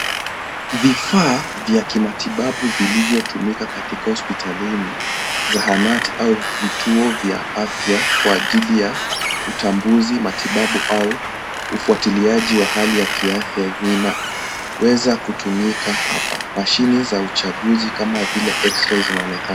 Vifaa vya kimatibabu vilivyotumika katika hospitalini, zahanati au vituo vya afya kwa ajili ya utambuzi matibabu au ufwatiliaji wa hali ya kiafya, vinaweza kutumika hapa. Mashini za uchaguzi kama vile x-ray zinaonekana.